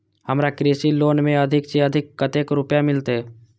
हमरा कृषि लोन में अधिक से अधिक कतेक रुपया मिलते?